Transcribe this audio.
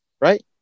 right